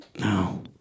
No